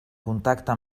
contacte